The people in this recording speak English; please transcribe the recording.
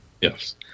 Yes